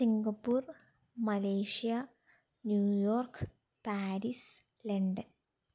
Singapore Malaysia New York Paris London